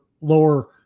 lower